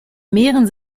mehren